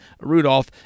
Rudolph